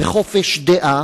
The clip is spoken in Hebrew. וחופש דעה,